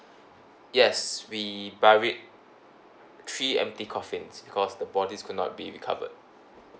yes we buried three empty coffins because the bodies cannot be recovered